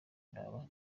raba